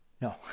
no